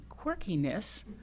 quirkiness